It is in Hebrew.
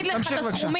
תמשיך בבקשה.